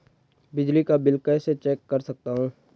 बिजली का बिल कैसे चेक कर सकता हूँ?